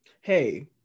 hey